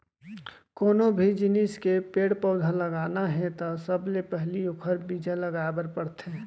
कोनो भी जिनिस के पेड़ पउधा लगाना हे त सबले पहिली ओखर बीजा लगाए बर परथे